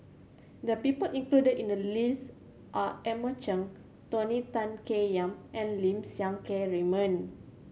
the people included in the list are Edmund Chen Tony Tan Keng Yam and Lim Siang Keat Raymond